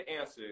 answer